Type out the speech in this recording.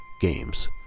games